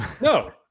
No